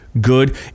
good